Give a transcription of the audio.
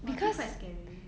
!wah! actually quite scary